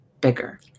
bigger